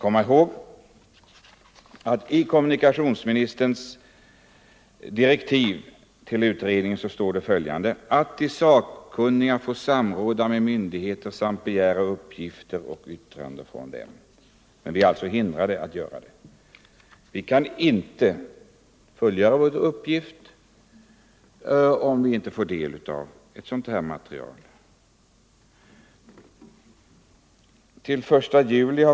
inom Kronobergs I kommunikationsministerns direktiv till utredningen sägs att de sak — län kunniga får samråda med myndigheter samt begära uppgifter och yttranden. Vi hindras alltså att göra det. Vi kan inte fullgöra vår uppgift om vi inte får del av detta material.